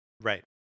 right